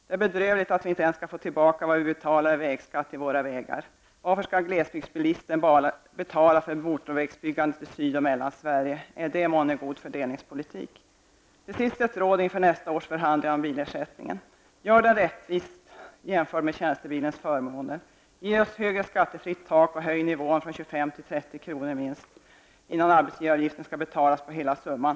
Det är bedrövligt att vi inte får tillbaka den vägskatt vi betalar i form av bättre vägar. Varför skall glesbygdsbilisten betala för motorvägsbyggande i Syd och Mellansverige? Är det månne god fördelningspolitik? Till sist ett råd inför nästa års förhandlingar om bilersättningen. Gör den rättvis jämförd med tjänstebilens förmåner! Ge oss ett högre skattefritt tak, och höj nivån från 25 kr. till 30 kr., innan arbetsgivaravgift skall betalas på hela summan!